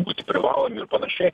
būti privalomi ir panašiai